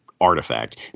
artifact